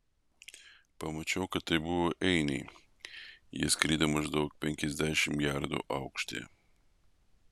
pamačiau kad tai buvo einiai jie skrido maždaug penkiasdešimt jardų aukštyje